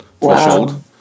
threshold